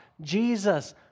Jesus